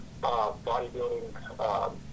bodybuilding